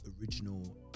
original